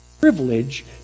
privilege